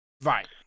right